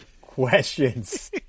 questions